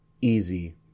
easy